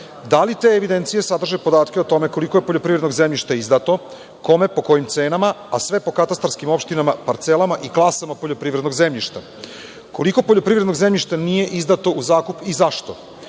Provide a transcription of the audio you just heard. Da li te evidencije sadrže podatke o tome koliko je poljoprivrednog zemljišta izdato, kome i po kojim cenama, a sve po katastarskim opštinama, parcelama i klasama poljoprivrednog zemljišta? Koliko poljoprivrednog zemljišta nije izdato u zakup i zašto,